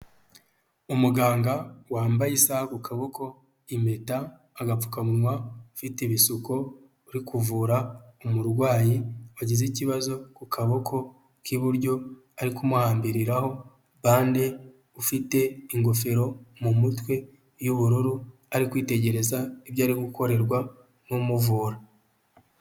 Umuganga wambaye isaha ku kaboko, impeta, agapfukamunwa ufite ibisuko uri kuvura umurwayi wagize ikibazo ku kaboko k'iburyo. Ari kumuhabiriraho bande ufite ingofero mu mutwe y'ubururu ari kwitegereza ibyo ari gukorerwa n'umuvura.